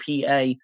PA